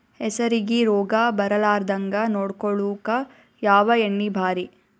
ಹೆಸರಿಗಿ ರೋಗ ಬರಲಾರದಂಗ ನೊಡಕೊಳುಕ ಯಾವ ಎಣ್ಣಿ ಭಾರಿ?